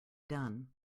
done